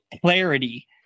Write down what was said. clarity